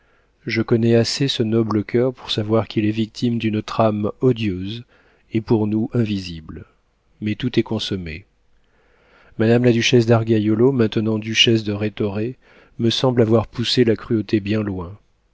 je connais assez ce noble coeur pour savoir qu'il est victime d'une trame odieuse et pour nous invisible mais tout est consommé madame la duchesse d'argaiolo maintenant duchesse de rhétoré me semble avoir poussé la cruauté bien loin